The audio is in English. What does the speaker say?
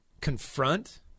confront